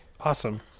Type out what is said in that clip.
Awesome